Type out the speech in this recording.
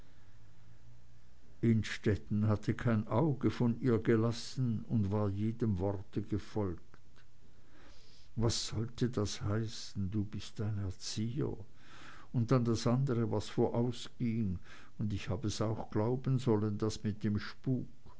innstetten hatte kein auge von ihr gelassen und war jedem worte gefolgt was sollte das heißen du bist ein erzieher und dann das andere was vorausging und ich hab es auch glauben sollen das mit dem spuk